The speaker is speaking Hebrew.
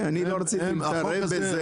אני לא רציתי להתערב בזה,